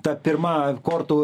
ta pirma kortų